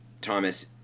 Thomas